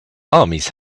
armies